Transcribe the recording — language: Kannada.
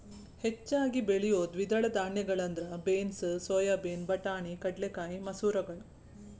ಹೆಚ್ಚಾಗಿ ಬೆಳಿಯೋ ದ್ವಿದಳ ಧಾನ್ಯಗಳಂದ್ರ ಬೇನ್ಸ್, ಸೋಯಾಬೇನ್, ಬಟಾಣಿ, ಕಡಲೆಕಾಯಿ, ಮಸೂರಗಳು